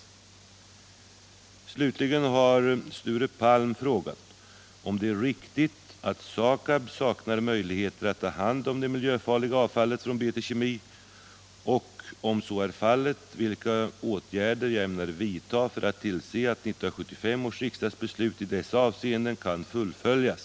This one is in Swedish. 13 oktober 1977 Slutligen har Sture Palm frågat om det är riktigt att SAKAB saknar = möjligheter att ta hand om det miljöfarliga avfallet från BT Kemi och, Om giftspridningen om så är fallet, vilka åtgärder jag ämnar vidta för att tillse att 1975 — i Teckomatorp, års riksdagsbeslut i dessa avseenden kan fullföljas.